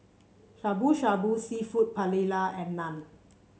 Shabu Shabu seafood Paella and Naan